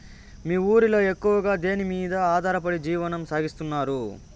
మీ ఊరిలో ఎక్కువగా దేనిమీద ఆధారపడి జీవనం సాగిస్తున్నారు?